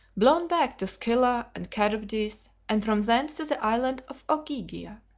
blown back to scylla and charybdis and from thence to the island of ogygia,